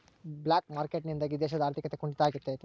block market ನಿಂದಾಗಿ ದೇಶದ ಆರ್ಥಿಕತೆ ಕುಂಟಿತ ಆಗ್ತೈತೆ